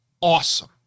awesome